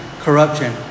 corruption